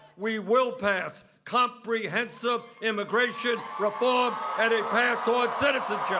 we will pass comprehensive immigration reform and a path toward citizenship.